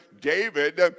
David